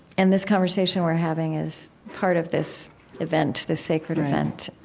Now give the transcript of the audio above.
and this conversation we're having is part of this event, this sacred event